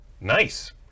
Nice